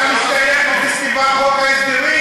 חבר בוועדה.